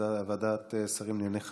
ועדת השרים לענייני חקיקה.